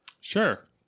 Sure